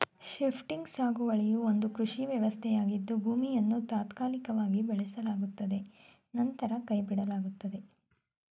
shifting ಸಾಗುವಳಿಯು ಒಂದು ಕೃಷಿ ವ್ಯವಸ್ಥೆಯಾಗಿದ್ದು ಭೂಮಿಯನ್ನು ತಾತ್ಕಾಲಿಕವಾಗಿ ಬೆಳೆಸಲಾಗುತ್ತದೆ ನಂತರ ಕೈಬಿಡಲಾಗುತ್ತದೆ